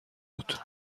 بود